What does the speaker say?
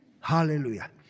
hallelujah